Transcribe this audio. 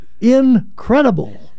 incredible